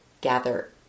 gather